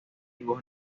dibujo